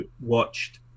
watched